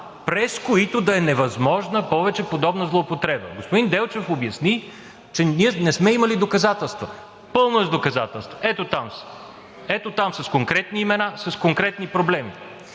през които да е невъзможна повече подобна злоупотреба. Господин Делчев обясни, че ние не сме имали доказателства. Пълно е с доказателства! Ето там са (сочи към лявата част на залата) – с конкретни имена, с конкретни проблеми.